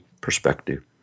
perspective